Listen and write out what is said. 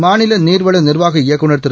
மாநில நீர்வள நிர்வாக இயக்குநர் திரு